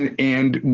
and